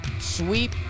sweep